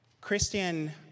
Christian